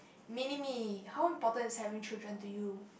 mini me how important is having children to you